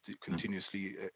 continuously